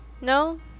No